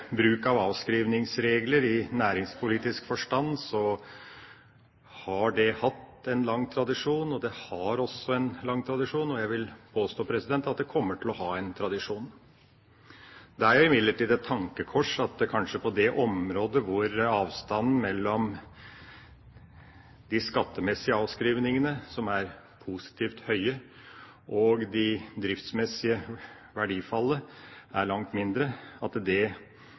bruk av avskrivningsregler i næringspolitisk forstand, har det en lang tradisjon. Det har hatt en tradisjon, og jeg vil påstå at det også kommer til å ha en tradisjon. Det er imidlertid et tankekors at de skattemessige avskrivningene, som er positivt høye, og det driftsmessige verdifallet, som er langt mindre, gjelder oljesektoren, at en altså har valgt at det